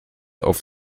auf